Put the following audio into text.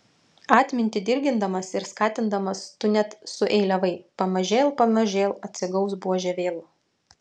atmintį dirgindamas ir skatindamas tu net sueiliavai pamažėl pamažėl atsigaus buožė vėl